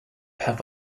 have